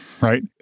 right